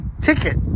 ticket